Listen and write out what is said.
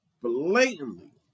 blatantly